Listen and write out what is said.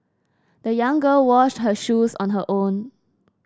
the young girl washed her shoes on her own